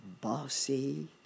bossy